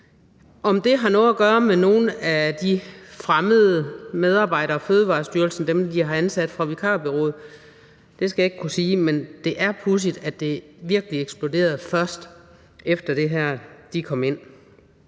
Om det har noget at gøre med nogle af de fremmede medarbejdere, Fødevarestyrelsen har ansat fra vikarbureauet, skal jeg ikke kunne sige. Men det er pudsigt, at det først virkelig er eksploderet, efter de kom ind.